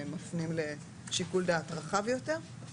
מפנים לשיקול דעת רחב יותר.